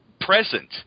present